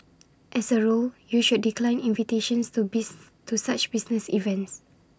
as A rule you should decline invitations to to such business events